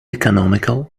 economical